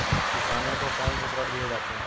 किसानों को कौन से ऋण दिए जाते हैं?